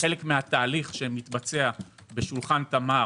חלק מן התהליך שמתבצע בשולחן תמר